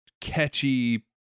catchy